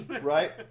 right